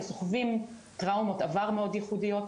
הם סוחבים טראומות עבר מאוד ייחודיות,